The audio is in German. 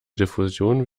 diffusion